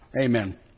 Amen